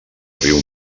riu